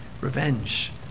revenge